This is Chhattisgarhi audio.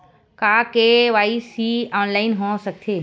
का के.वाई.सी ऑनलाइन हो सकथे?